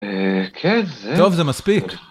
אה... כן זה... טוב זה מספיק